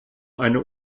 eine